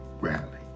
Rally